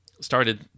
started